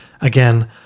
again